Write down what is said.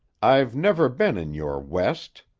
i've never been in your west.